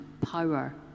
power